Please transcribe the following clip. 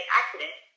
accident